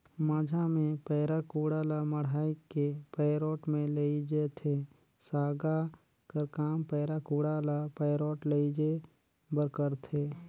माझा मे पैरा कुढ़ा ल मढ़ाए के पैरोठ मे लेइजथे, सागा कर काम पैरा कुढ़ा ल पैरोठ लेइजे बर करथे